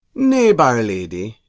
nay, by'r lady,